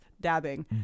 dabbing